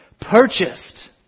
Purchased